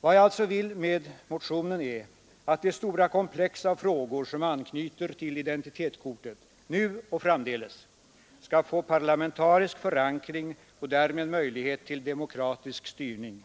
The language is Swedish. Vad jag alltså vill med motionen är att det stora komplex av frågor som anknyter till identitetskortet nu och framdeles skall få parlamentarisk förankring och därmed möjlighet till demokratisk styrning.